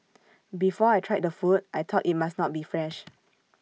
before I tried the food I thought IT must not be fresh